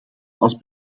als